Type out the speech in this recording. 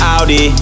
Audi